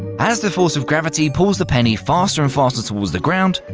as the force of gravity pulls the penny faster and faster towards the ground,